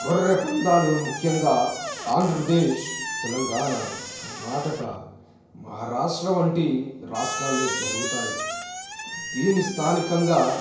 గొర్రె పందాలు ముఖ్యంగా ఆంధ్రప్రదేశ్ తెలంగాణ కర్ణాటక మహారాష్ట్ర వంటి రాష్ట్రాలలో జరుగుతాయి దీని స్థానికంగా